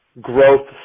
growth